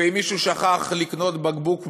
ואם מישהו שכח לקנות בקבוק מים,